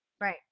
Right